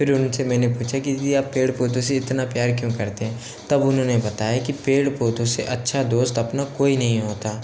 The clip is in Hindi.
फिर उन से मैंने पूछा कि दीदी आप पेड़ पौधा से इतना प्यार क्यों करते हैं तब उन्होंने बताया कि पेड़ पौधों से अच्छा दोस्त अपना कोई नहीं होता